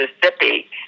Mississippi